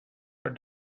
are